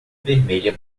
vermelha